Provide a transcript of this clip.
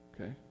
Okay